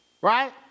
Right